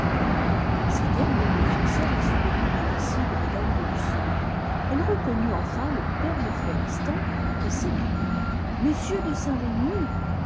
ces derniers mots fixèrent les souvenirs indécis de mme de lucenay elle reconnut enfin le père de florestan et s'écria monsieur de saint-remy